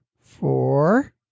four